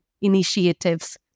initiatives